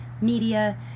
media